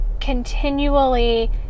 continually